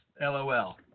LOL